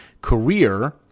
career